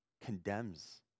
condemns